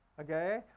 Okay